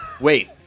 Wait